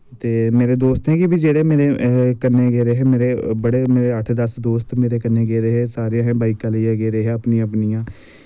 ते मेरे दोस्तें गी बी जेह्ड़े मेरे कन्ने गेदे हे मेरे बड़े अट्ठ दस दोस्त मेरे कन्ने गेदे हे सारे अस बॉईकां लेईयै गेदे हे अपनियां अपनियां